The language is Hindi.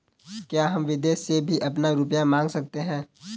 क्या हम विदेश से भी अपना रुपया मंगा सकते हैं?